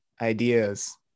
ideas